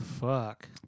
fuck